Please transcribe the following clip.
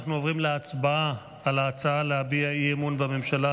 אנחנו עוברים להצבעה על ההצעה של סיעת העבודה להביע אי-אמון בממשלה.